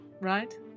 Right